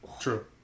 True